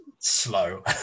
Slow